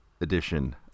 edition